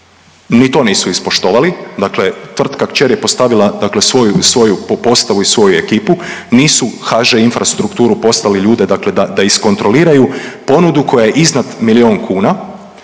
ni to nisu ispoštovali, dakle tvrtka kćer je postavila dakle svoju, svoju postavu i svoju ekipu, nisu u HŽ-infrastrukturu poslali ljude da, da iskontroliraju ponudu koja je iznad milijun kuna,